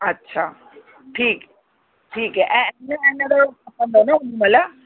अछा ठीकु है ठीकु है ऐं खपंदो न भला